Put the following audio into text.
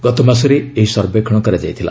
ଗତମାସରେ ଏହି ସର୍ବେକ୍ଷଣ କରାଯାଇଥିଲା